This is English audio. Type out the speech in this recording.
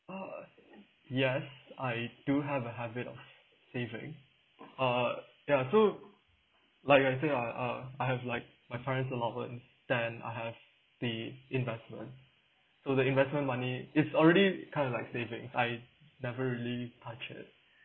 uh yes I do have a habit of saving uh ya so like I say lah uh I have like my parent's allowance then I have the investment so the investment money it's already kind of like saving I never really touch it